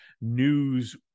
news